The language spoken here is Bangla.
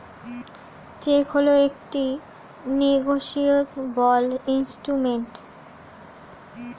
চেক হল একটি নেগোশিয়েবল ইন্সট্রুমেন্ট